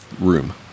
room